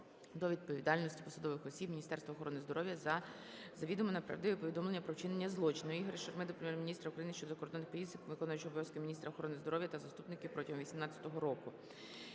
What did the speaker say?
до відповідальності посадових осіб Міністерства охорони здоров'я за завідомо неправдиве повідомлення про вчинення злочину. Ігоря Шурми до Прем'єр-міністра України щодо закордонних поїздок виконувача обов'язків міністра охорони здоров'я та заступників протягом 18-го року.